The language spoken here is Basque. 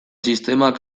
sistemak